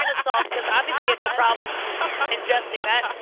ah solve, because obviously you had no problem ingesting